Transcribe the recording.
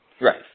Right